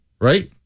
right